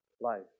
life